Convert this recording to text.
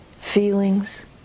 feelings